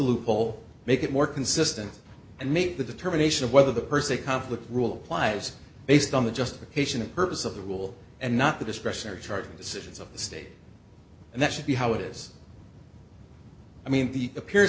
loophole make it more consistent and make the determination of whether the per se conflict rule applies based on the justification of purpose of the rule and not the discretionary charging decisions of the state and that should be how it is i mean the appears